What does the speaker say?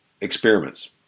experiments